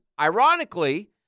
ironically